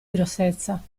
grossezza